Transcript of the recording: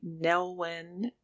Nelwyn